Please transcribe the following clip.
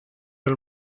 del